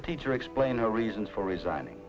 a teacher explain her reasons for resigning